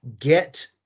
Get